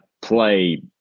play